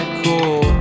cool